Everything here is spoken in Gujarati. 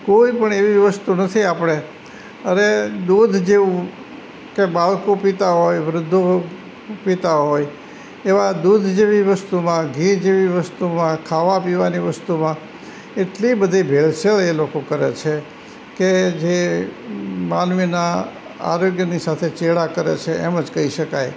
કોઈપણ એવી વસ્તુ નથી આપણે અરે દૂધ જેવું કે બાળકો પીતા હોય વૃદ્ધો પીતા હોય એવાં દૂધ જેવી વસ્તુમાં ઘી જેવી વસ્તુમાં ખાવા પીવાની વસ્તુમાં એટલી બધી ભેળસેળ એ લોકો કરે છે કે જે માનવીનાં આરોગ્યની સાથે ચેડાં કરે છે એમ જ કહી શકાય